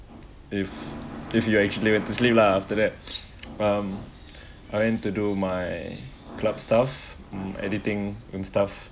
if if you are actually went to sleep lah after that um I went to do my clubs stuff um editing and stuff